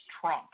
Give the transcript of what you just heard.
Trump